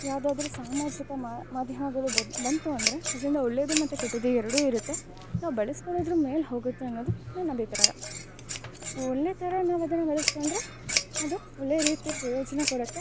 ಯಾವುದಾದ್ರು ಸಾಮಾಜಿಕ ಮಾಧ್ಯಮಗಳು ಬಂತು ಅಂದರೆ ಅದ್ರಿಂದ ಒಳ್ಳೇದು ಮತ್ತು ಕೆಟ್ಟದ್ದು ಎರಡು ಇರುತ್ತೆ ನಾವು ಬಳಸ್ಕೊಳ್ಳೋದ್ರ ಮೇಲೆ ಹೊಗುತ್ತೆ ಅನ್ನೋದು ನನ್ನ ಅಭಿಪ್ರಾಯ ಒಳ್ಳೆ ಥರ ನಾವು ಅದನ್ನು ಬಳಸ್ಕೊಂಡ್ರೆ ಅದು ಒಳ್ಳೆ ರೀತಿ ಪ್ರಯೊಜನ ಕೊಡುತ್ತೆ